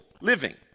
living